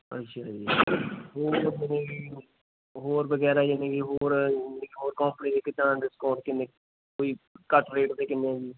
ਅੱਛਾ ਜੀ ਹੋਰ ਹੋਰ ਵਗੈਰਾ ਯਾਨੀ ਜੀ ਹੋਰ ਹੋਰ ਕੌਂਪਨੀ ਦੇ ਕਿੱਦਾਂ ਡਿੰਸਕਾਊਂਟ ਕਿੰਨੇ ਕੋਈ ਘੱਟ ਰੇਟ 'ਤੇ ਕਿੰਨੇ ਹੈ ਜੀ